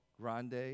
grande